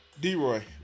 D-Roy